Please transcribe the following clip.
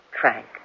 Frank